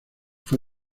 fue